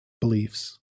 beliefs